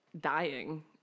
dying